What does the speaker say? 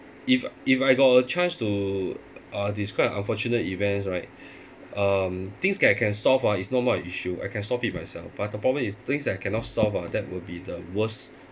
if if I got a chance to uh describe unfortunate events right um things that I can solve ah is no more an issue I can solve it myself but the problem is things that I cannot solve ah that would be the worst